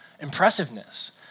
impressiveness